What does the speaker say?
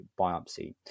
biopsy